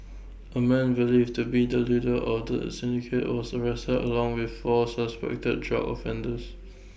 A man believed to be the leader of the syndicate was arrested along with four suspected drug offenders